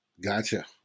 Gotcha